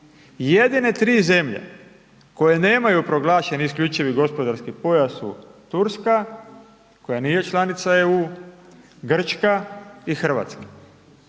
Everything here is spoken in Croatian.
Jedine tri zemlje koje nemaju proglašen isključivi gospodarski pojas su Turska, koja nije članica EU, Grčka i Hrvatska.